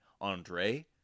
Andre